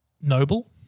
Noble